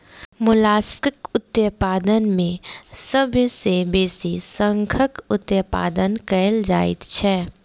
मोलास्कक उत्पादन मे सभ सॅ बेसी शंखक उत्पादन कएल जाइत छै